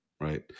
right